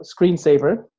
screensaver